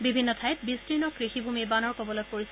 বিভিন্ন ঠাইত বিস্তীৰ্ণ কৃষি ভূমি বানৰ কবলত পৰিছে